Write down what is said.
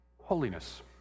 Holiness